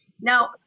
Now